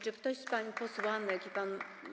Czy ktoś z pań posłanek i panów.